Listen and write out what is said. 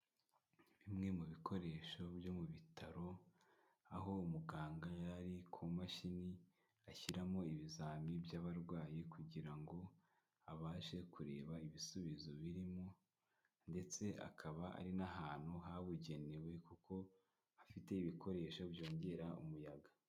Bimwe mu bikoresho byo mu bitaro aho umuganga yari ku mashini, ashyiramo ibizami by'abarwayi kugira ngo abashe kureba ibisubizo birimo ndetse akaba ari n'ahantu habugenewe kuko hafite ibikoresho byongera umuyaga.